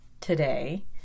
today